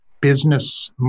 business